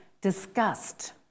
discussed